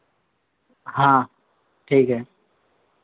हाँ ठीक है